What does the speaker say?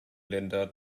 länder